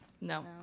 No